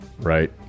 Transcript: right